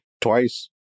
twice